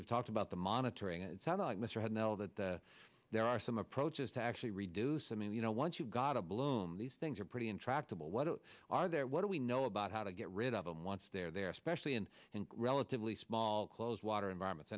you've talked about the monitoring it sounds like mr had know that there are some approaches to actually reduce i mean you know once you've got a bloom these things are pretty intractable what are there what do we know about how to get rid of them once they're there especially in relatively small close water environments